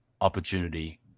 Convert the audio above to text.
opportunity